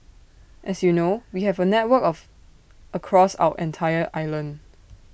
as you know we have A network of across our entire island